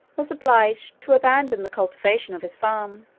was obliged to abandon the cultivation of his farm.